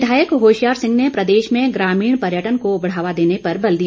विधायक होशियार सिंह ने प्रदेश में ग्रामीण पर्यटन को बढ़ावा देने पर बल दिया